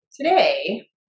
today